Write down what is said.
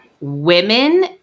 women